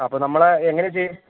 അപ്പോൾ നമ്മൾ എങ്ങനെയാ ചെയ്